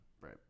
Right